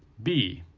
b,